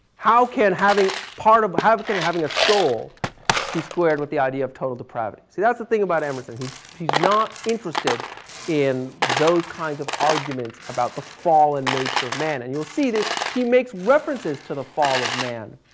how can having part of, how can having a soul be squared with the idea of total depravity? see that's the thing about emerson, he's, he's not interested in those kinds of arguments about the fall and nature of man. and you'll see that he makes references to the fall of man.